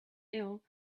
ill